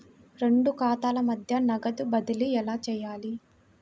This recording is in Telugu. రెండు ఖాతాల మధ్య నగదు బదిలీ ఎలా చేయాలి?